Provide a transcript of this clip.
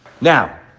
Now